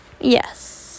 yes